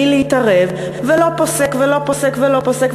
מלהתערב ולא פוסק ולא פוסק ולא פוסק,